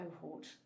cohort